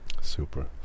Super